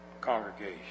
Congregation